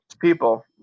people